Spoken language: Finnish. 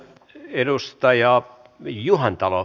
arvoisa puhemies